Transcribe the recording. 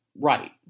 right